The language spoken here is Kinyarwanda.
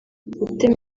gutema